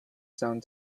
some